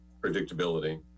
predictability